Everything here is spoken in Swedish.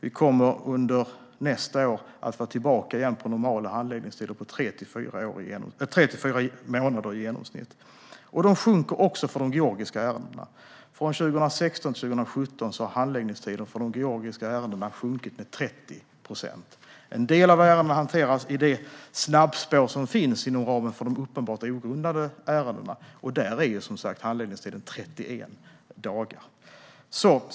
Vi kommer under nästa år att vara tillbaka på normala handläggningstider på i genomsnitt tre till fyra månader. Handläggningstiden minskar också för de georgiska ärendena. Från 2016 till 2017 har handläggningstiden för de georgiska ärendena minskat med 30 procent. En del av ärendena hanteras i det snabbspår som finns inom ramen för de uppenbart ogrundade ärendena. Där är handläggningstiden som sagt 31 dagar.